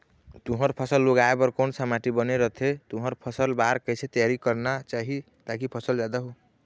तुंहर फसल उगाए बार कोन सा माटी बने रथे तुंहर फसल बार कैसे तियारी करना चाही ताकि फसल जादा हो?